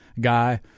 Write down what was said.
guy